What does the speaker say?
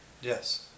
Yes